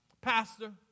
Pastor